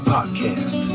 Podcast